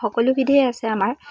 সকলোবিধেই আছে আমাৰ